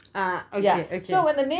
ah okay okay